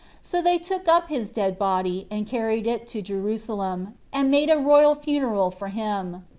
so they took up his dead body, and carried it to jerusalem, and made a royal funeral for him.